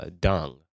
dung